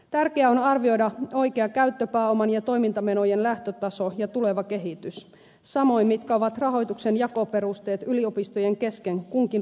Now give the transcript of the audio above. tärkeää on arvioida oikean käyttöpääoman ja toimintamenojen lähtötaso ja tuleva kehitys samoin se mitkä ovat rahoituksen jakoperusteet yliopistojen kesken kunkin rahoitusmuodon kohdalla